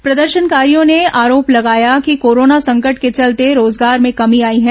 प्रदर्शनकारियों ने आरोप लगाया कि कोरोना संकट के चलते रोजगार में कमी आई है